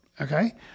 Okay